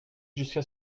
jusquà